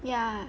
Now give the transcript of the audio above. ya